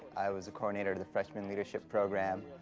i was a coordinator of the freshman leadership program.